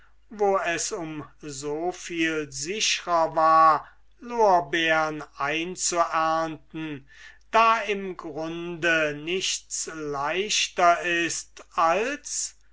wo es um so viel sichrer war lorbeern einzuernten da im grunde nichts leichters ist als